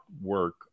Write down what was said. work